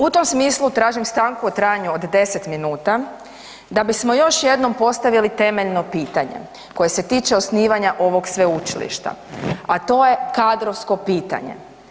U tom smislu tražim stanku u trajanju od 10 minuta da bismo još jednom postavili temeljno pitanje koje se tiče osnivanja ovog sveučilišta a to je kadrovsko pitanje.